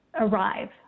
arrive